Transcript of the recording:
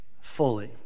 fully